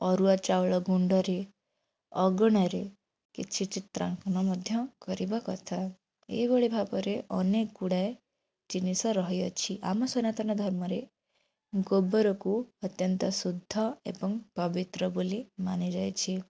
ଅରୁଆ ଚାଉଳ ଗୁଣ୍ଡରେ ଆଗଣାରେ କିଛି ଚିତ୍ରାଙ୍କନ ମଧ୍ୟ କରିବା କଥା ଏହିଭଳି ଭାବରେ ଅନେକ ଗୁଡ଼ିକ ଜିନିଷ ରହିଅଛି ଆମ ସନାତନ ଧର୍ମରେ ଗୋବରକୁ ଅତ୍ୟନ୍ତ ସୁଦ୍ଧ ଏବଂ ପବିତ୍ର ବୋଲି ମାନି ଯାଇଛି